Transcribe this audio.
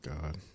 God